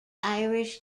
irish